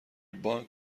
بانک